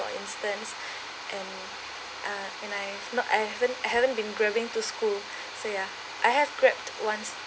for instance and uh and I no I haven't I haven't been grabbing to school so ya I have grabbed once